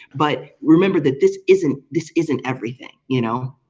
but remember that this isn't this isn't everything. you know,